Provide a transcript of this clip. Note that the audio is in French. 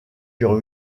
dure